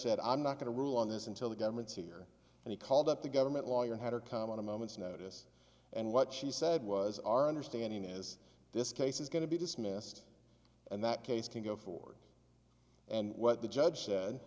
said i'm not going to rule on this until the government's here and he called up the government lawyer had her come on a moment's notice and what she said was our understanding is this case is going to be dismissed and that case can go forward and what the judge said